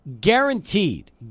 guaranteed